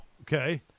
Okay